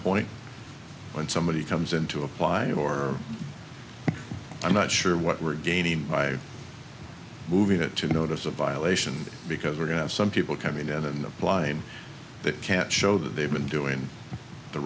point when somebody comes in to apply or i'm not sure what we're gaining by moving it to notice a violation because we're going to have some people coming out in the line that can't show that they've been doing the